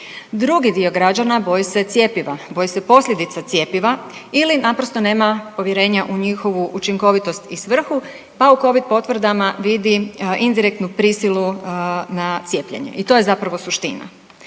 Drugi dio građana boji se cjepiva, boji se posljedica cjepiva ili naprosto nema povjerenja u njihovu učinkovitost i svrhu, pa u covid potvrdama vidi indirektnu prisilu na cijepljenje i to je zapravo suština.